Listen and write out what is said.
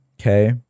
Okay